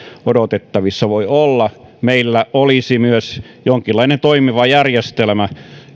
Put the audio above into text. voi olla odotettavissa että meillä olisi myös jonkinlainen toimiva järjestelmä